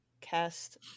cast